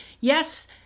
yes